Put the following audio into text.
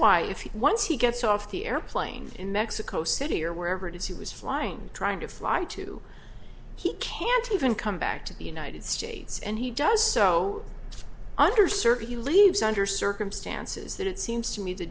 why if he once he gets off the airplane in mexico city or wherever it is he was flying trying to fly to he can't even come back to the united states and he does so under certain he leaves under circumstances that it seems to me the